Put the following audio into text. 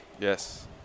Yes